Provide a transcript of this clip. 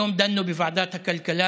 היום דנו בוועדת הכלכלה